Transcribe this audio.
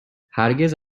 هرگز